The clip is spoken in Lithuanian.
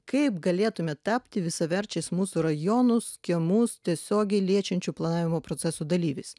kaip galėtume tapti visaverčiais mūsų rajonus kiemus tiesiogiai liečiančių planavimo proceso dalyviais